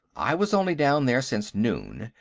i was only down there since noon,